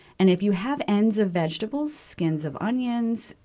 and if you have ends of vegetables, skins of onions,